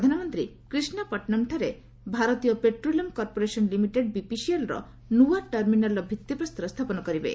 ପ୍ରଧାନମନ୍ତ୍ରୀ କିଷ୍ଣା ପଟନ୍ମ୍ଠାରେ Bharat Petroleum Corporation Limited BPCL ନ୍ତିଆ ଟର୍ମିନାଲର ଭିଭିପ୍ସ୍ତର ସ୍ଥାପନ କରିବେ